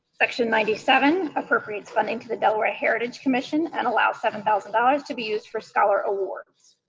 section ninety seven appropriates funding to the delaware heritage commission and allows seven thousand dollars to be used for scholar awards.